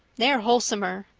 they're wholesomer.